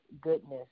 goodness